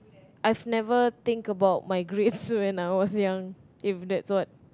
I've never think about my grades when I was young if that's what